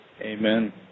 Amen